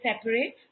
separate